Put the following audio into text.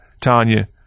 Tanya